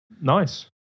Nice